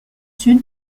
sud